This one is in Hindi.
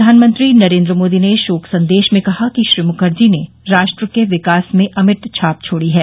प्रधानमंत्री नरेंद्र मोदी ने शोक संदेश में कहा कि श्री मुखर्जी ने राष्ट्र के विकास में अमिट छाप छोडी है